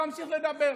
תמשיך לדבר.